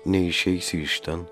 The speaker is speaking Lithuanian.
neišeisi iš ten